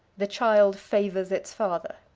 the child favors its father.